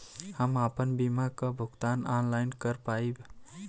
हम आपन बीमा क भुगतान ऑनलाइन कर पाईब?